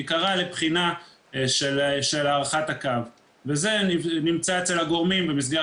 היא קראה לבחינה של הארכת הקו וזה נמצא אצל הגורמים במסגרת